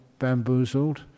bamboozled